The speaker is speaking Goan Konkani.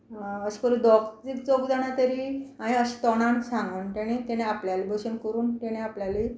अशें करून दोग तीग चौग जाणां तरी हांयें अशें तोंडार सांगूंक तेणी तेणी आपल्याले भशेन करून तेणी आपल्याली